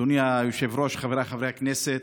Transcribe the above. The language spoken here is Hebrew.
אדוני היושב-ראש, חבריי חברי הכנסת,